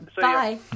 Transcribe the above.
Bye